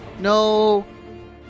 no